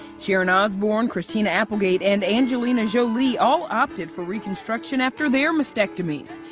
sharon osbourne, christina applegate, and angelina jolie all opted for reconstruction after their mastectomies.